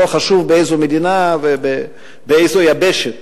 ולא חשוב באיזו מדינה ובאיזו יבשת,